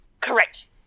Correct